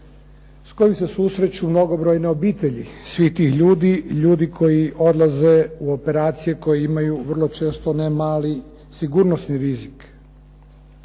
s kojim se susreću mnogobrojne obitelji svih tih ljudi, ljudi koji odlaze u operacije, koji imaju vrlo često ne mali sigurnosni rizik,